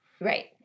Right